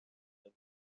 بود